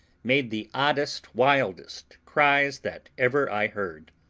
made the oddest, wildest cries that ever i heard.